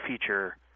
feature